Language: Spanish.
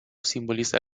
simboliza